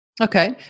Okay